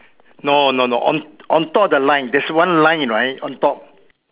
no no no on on top of the line there's one line right on top